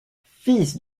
fils